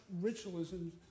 ritualism